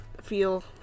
Feel